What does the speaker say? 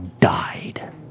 died